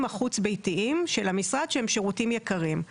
החוץ ביתיים של המשרד שהם שירותים יותר יקרים.